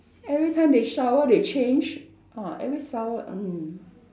every time they shower they change ah every shower mm